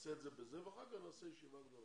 נעשה את זה בזה, ואחר כך נעשה ישיבה גדולה.